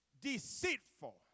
deceitful